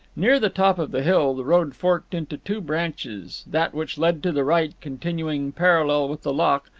near the top of the hill the road forked into two branches, that which led to the right continuing parallel with the loch,